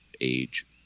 age